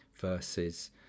versus